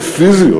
הפיזיות,